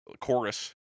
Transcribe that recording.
chorus